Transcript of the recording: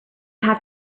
have